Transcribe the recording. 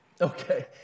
Okay